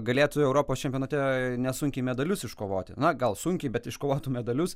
galėtų europos čempionate nesunkiai medalius iškovoti na gal sunkiai bet iškovotų medalius